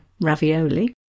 ravioli